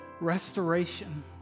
restoration